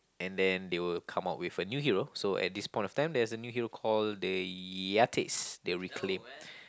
and then they will come out with a new hero so at this point of time there's a new hero called the Yates they reclaim